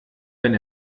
wenn